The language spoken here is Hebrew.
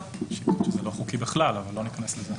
זה לא חוקי אבל לא ניכנס לזה עכשיו.